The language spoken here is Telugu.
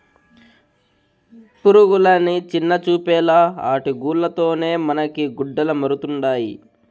పురుగులని చిన్నచూపేలా ఆటి గూల్ల తోనే మనకి గుడ్డలమరుతండాయి